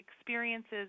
experiences